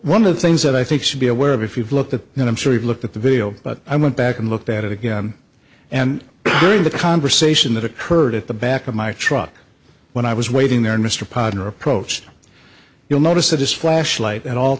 one of the things that i think should be aware of if you've looked at it i'm sure you've looked at the video but i went back and looked at it again and during the conversation that occurred at the back of my truck when i was waiting there mr potter approached you'll notice that his flashlight at all